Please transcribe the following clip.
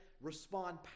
respond